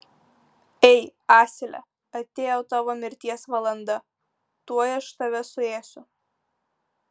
ei asile atėjo tavo mirties valanda tuoj aš tave suėsiu